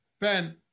Ben